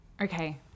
Okay